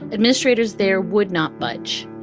administrators there would not budge.